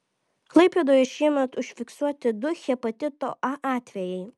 klaipėdoje šiemet užfiksuoti du hepatito a atvejai